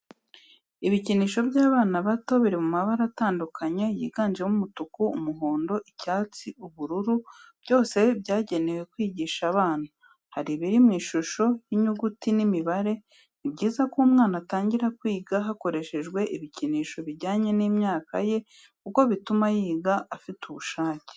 Ibikinisho by'abana bato biri mu mabara atandukanye yiganjemo umutuku, umuhondo, icyatsi, ubururu, byose byagenewe kwigisha abana hari ibiri mu ishusho y'inyuguti n'imibare. Ni byiza ko umwana atangira kwiga hakoreshejwe ibikinisho bijyanye n'imyaka ye kuko bituma yiga afite ubushake.